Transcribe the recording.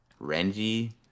Renji